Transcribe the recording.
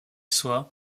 soient